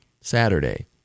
Saturday